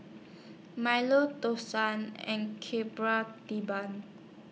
Milo Dosa and Debal